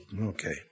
Okay